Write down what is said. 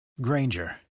Granger